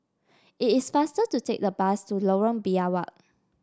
it is faster to take the bus to Lorong Biawak